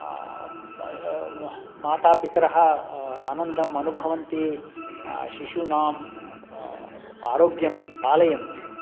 मातापितरौ आनन्दम् अनुभवन्ति शिशूनाम् आरोग्यं पालयन्ति